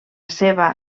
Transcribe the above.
seva